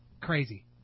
Crazy